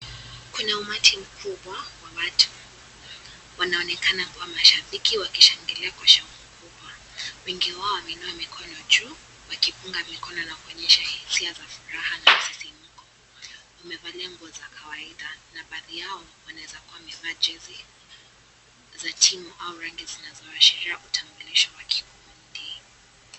Kuna umati mkubwa wa watu. Wanaonekana kuwa mashabiki wakishangilia kwa sauti mkubwa. Wengi wao wameinua mkono juu wakipunga mikono na kuonyesha hisia za furaha na za msisimko. Wamevalia nguo za kawaida na baadhi yao wanaeza kuwa wamevaa jezi za timu au rangi zinazoashiria utambulisho wa kikundi.